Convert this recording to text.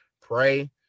pray